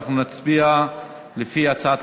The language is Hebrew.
אנחנו נצביע לפי הצעת